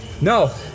No